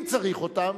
אם צריך אותם,